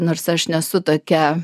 nors aš nesu tokia